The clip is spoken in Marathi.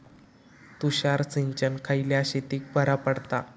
तुषार सिंचन खयल्या शेतीक बरा पडता?